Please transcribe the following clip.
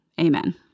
amen